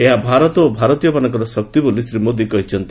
ଏହା ଭାରତ ଓ ଭାରତୀୟମାନଙ୍କର ଶକ୍ତି ବୋଲି ଶ୍ରୀ ମୋଦି କହିଛନ୍ତି